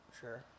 Sure